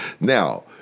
Now